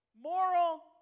moral